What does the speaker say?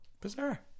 bizarre